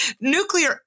Nuclear